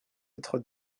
être